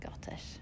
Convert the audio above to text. Scottish